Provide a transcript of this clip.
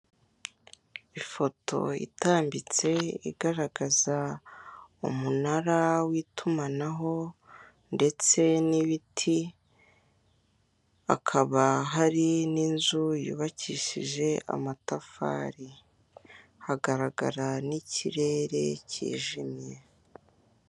Ifoto itambitse igaragaza umunara w'itumanaho ndetse n'ibiti hakaba hari n'inzu yubakishije amatafari hagaragara n'ikirere cyijimye.